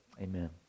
Amen